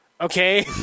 Okay